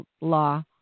law